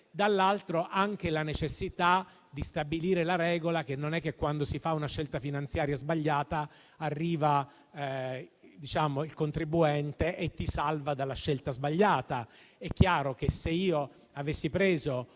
dall'altro anche la necessità di stabilire la regola che non è che quando si fa una scelta finanziaria sbagliata arriva il contribuente e ti salva dalle sue conseguenze. È chiaro che se io avessi preso